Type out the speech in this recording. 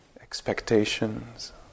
expectations